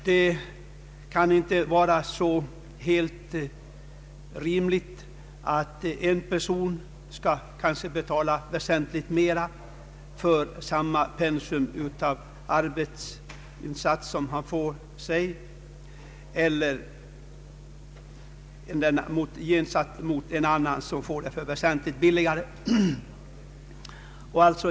Det kan inte vara rimligt att en person skall betala väsentligt mer för samma arbetsinsats som en annan får väsentligt billigare utförd.